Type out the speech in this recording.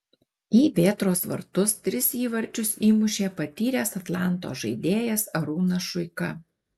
į vėtros vartus tris įvarčius įmušė patyręs atlanto žaidėjas arūnas šuika